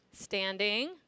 standing